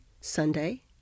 Sunday